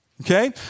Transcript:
okay